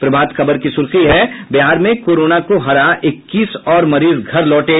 प्रभात खबर की सुर्खी है बिहार में कोरोना को हरा इक्कीस और मरीज घर लौटे